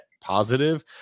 positive